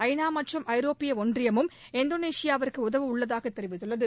ஐநா மற்றும் ஐரோப்பிய ஒன்றியமும் இந்தோனேஷியாவுக்கு உதவு உள்ளதாக தெரிவித்துள்ளது